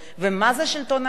מה זה השלטון המקומי?